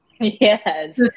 Yes